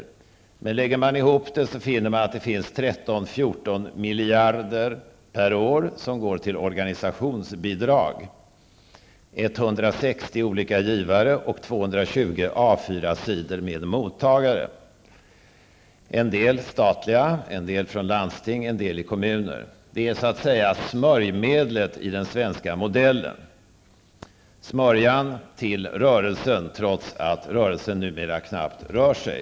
Men om man lägger ihop summorna, finner man att det rör sig om 13, 14 miljarder per år som går till organisationsbidrag, uppdelat på 160 olika givare och 220 A 4-sidor med mottagare varav en del är statliga organisationer, kommuner eller landsting. Detta är så att säga smörjmedlet i den svenska modellen, smörjan till rörelsen trots att rörelsen numera knappt rör sig.